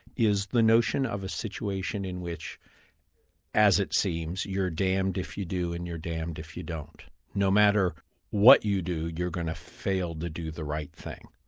is the notion of a situation in which as it seems, you're damned if you do, and you're damned if you don't. no matter what you do, you're going to fail to do the right thing.